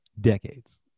decades